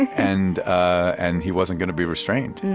and and he wasn't gonna be restrained,